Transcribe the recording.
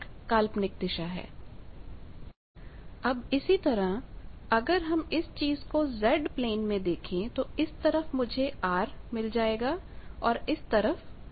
१०१२ समय पर स्लाइड देखें अब इसी तरह अगर हम इस चीज को Zप्लेन में देखें तो इस तरफ मुझेR मिल जाएगा और इस तरफ X